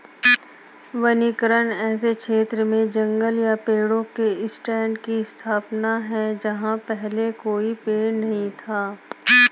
वनीकरण ऐसे क्षेत्र में जंगल या पेड़ों के स्टैंड की स्थापना है जहां पहले कोई पेड़ नहीं था